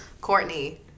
Courtney